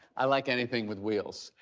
i like anything with wheels.